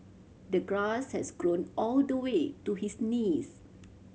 the grass has grown all the way to his knees